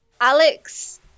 Alex